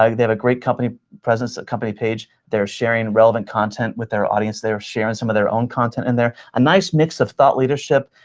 um they have a great company presence, a company page. they're sharing relevant content with their audience. they're sharing some of their own content in there. a nice mix of thought leadership.